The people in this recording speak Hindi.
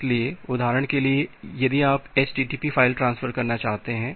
इसलिए उदाहरण के लिए यदि आप http फाइल ट्रांसफर करना चाहते हैं